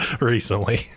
recently